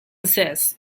says